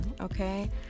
okay